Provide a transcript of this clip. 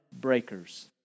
breakers